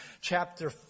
chapter